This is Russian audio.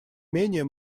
менее